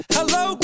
Hello